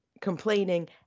complaining